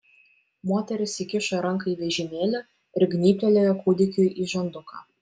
moteris įkišo ranką į vežimėlį ir gnybtelėjo kūdikiui į žanduką